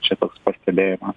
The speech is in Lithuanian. čia toks pastebėjimas